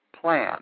plan